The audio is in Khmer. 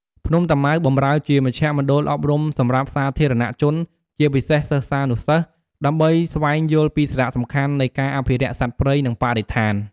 ភ្នំតាម៉ៅបម្រើជាមជ្ឈមណ្ឌលអប់រំសម្រាប់សាធារណជន ជាពិសេសសិស្សានុសិស្ស ដើម្បីស្វែងយល់ពីសារៈសំខាន់នៃការអភិរក្សសត្វព្រៃ និងបរិស្ថាន។